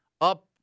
up